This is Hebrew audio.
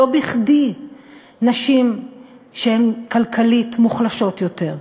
ולכן לא בכדי נשים שהן כלכלית מוחלשות יותר,